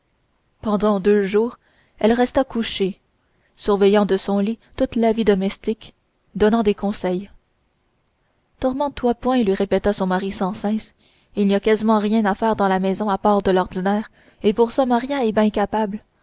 pendant deux jours elle resta couchée surveillant de son lit toute la vie domestique donnant des conseils tourmente toi point lui répétait son mari sans cesse il n'y a quasiment rien à faire dans la maison à part de l'ordinaire et pour ça maria est bien capable